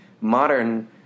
modern